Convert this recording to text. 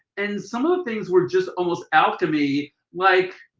and some of the things were just almost out to me like